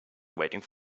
waiting